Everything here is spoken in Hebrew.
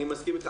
אני מסכים אתך.